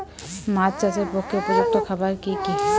মাছ চাষের পক্ষে উপযুক্ত খাবার কি কি?